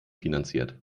finanziert